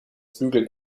bügeln